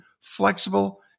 flexible